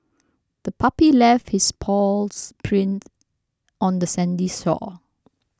the puppy left its paw prints on the sandy shore